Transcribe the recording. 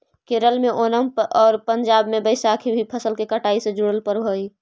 केरल में ओनम आउ पंजाब में बैसाखी भी फसल के कटाई से जुड़ल पर्व हइ